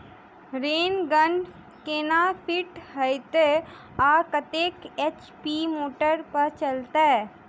Rain gun केना fit हेतइ आ कतेक एच.पी मोटर पर चलतै?